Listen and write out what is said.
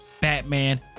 Batman